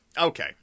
Okay